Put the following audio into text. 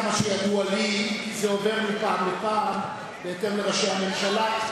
עד כמה שידוע לי זה עובר מפעם לפעם בהתאם לראשי הממשלה.